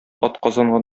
атказанган